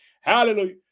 Hallelujah